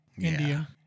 India